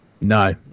no